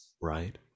right